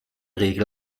regel